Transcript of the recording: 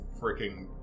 freaking